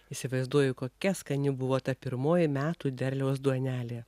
įsivaizduoju kokia skani buvo ta pirmoji metų derliaus duonelė